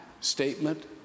statement